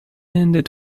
ended